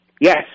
Yes